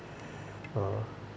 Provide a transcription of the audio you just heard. uh